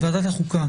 ועדת החוקה